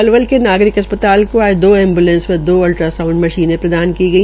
पलवल के ना्ररिक अस्पताल को आज दो एंबुलेस व दो अल्ट्रासाउंड मशीनें प्रदान की गई